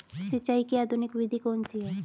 सिंचाई की आधुनिक विधि कौन सी है?